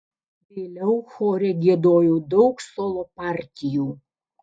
vėliau chore giedojau daug solo partijų